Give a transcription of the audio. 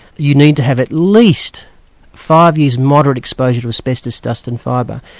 you need to have at least five years' moderate exposure to asbestos dust and fibre,